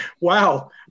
Wow